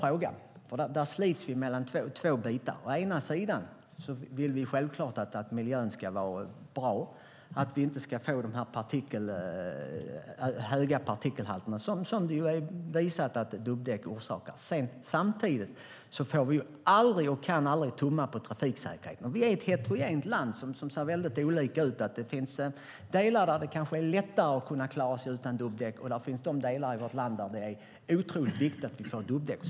Frågan slits mellan två olika sidor. Å ena sidan vill vi självklart att miljön ska vara bra, att vi inte ska få höga partikelhalter som det har bevisats att dubbdäck orsakar. Å andra sidan får vi aldrig, och kan aldrig, tumma på trafiksäkerheten. Sverige är ett heterogent land som ser olika ut. I delar av landet är det lättare att klara sig utan dubbdäck, och det finns delar av vårt land där det är otroligt viktigt med dubbdäck.